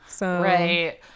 Right